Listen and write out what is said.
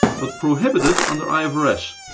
but prohibited under ifrs.